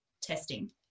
testing